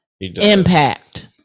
Impact